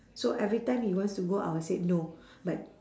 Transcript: so every time he wants to go I will say no but